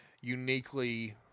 uniquely